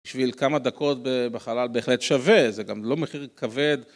בשביל כמה דקות בחלל בהחלט שווה, זה גם לא מחיר כבד.